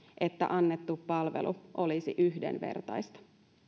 että annettu palvelu olisi yhdenvertaista